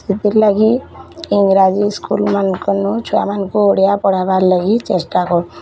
ସେଥିର୍ ଲାଗି ଇଂରାଜୀ ସ୍କୁଲ୍ ମାନକରନୁଁ ଛୁଆ ମାନକୁଁ ଓଡ଼ିଆ ପଢ଼ାବାର୍ ଲାଗିର୍ ଚେଷ୍ଟା